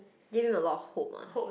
give him a lot hope ah